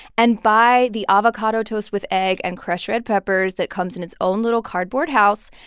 and buy the avocado toast with egg and crushed red peppers that comes in its own little cardboard house.